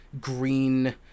green